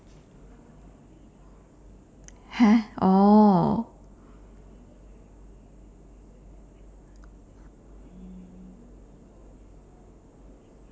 !huh! oh